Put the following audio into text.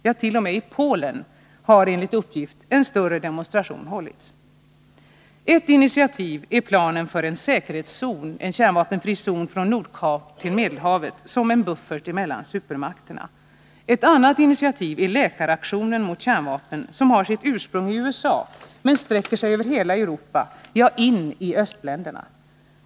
Ja, t.o.m. i Polen har, enligt uppgift, en större demonstration hållits. Ett initiativ är planen för en säkerhetszon — en kärnvapenfri zon från Nordkap till Medelhavet — som en buffert mellan supermakterna. Ett annat initiativ är läkaraktionen mot kärnvapen, som har sitt ursprung i USA men sträcker sig över hela Europa, ja, in i östländerna.